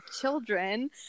children